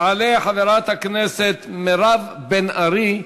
תעלה חברת הכנסת מירב בן ארי,